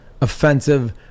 offensive